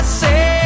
say